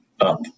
up